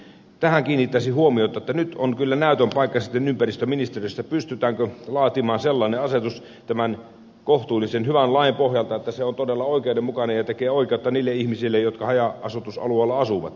tähän kiinnittäisin huomiota että nyt on kyllä näytön paikka sitten ympäristöministeriössä pystytäänkö laatimaan sellainen asetus tämän kohtuullisen hyvän lain pohjalta että se on todella oikeudenmukainen ja tekee oikeutta niille ihmisille jotka haja asutusalueilla asuvat